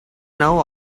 now